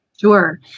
Sure